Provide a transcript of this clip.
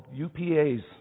UPA's